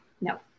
no